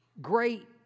great